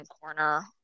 corner